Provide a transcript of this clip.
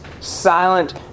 silent